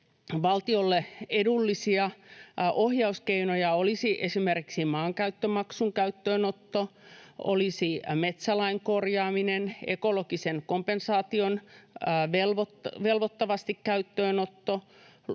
valtiolle edullisia ohjauskeinoja olisivat esimerkiksi maankäyttömaksun käyttöönotto, metsälain korjaaminen, ekologisen kompensaation velvoittavasti käyttöönotto,